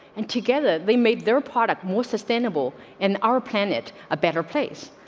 and together they made their product more sustainable and our planet a better place,